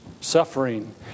suffering